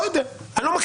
אני לא יודע, לא מכיר.